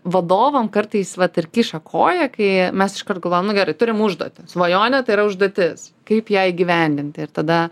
vadovam kartais vat ir kiša koją kai mes iškart galvojam nu gerai turim užduotį svajonė tai yra užduotis kaip ją įgyvendinti ir tada